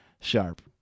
sharp